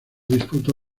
disputó